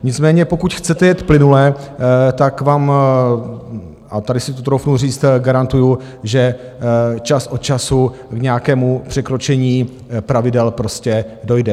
Nicméně pokud chcete jet plynule, tak vám, a tady si to troufnu říct, garantuju, že čas od času k nějakému překročení pravidel prostě dojde.